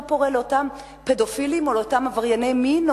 פורה לאותם פדופילים או לאותם עברייני מין,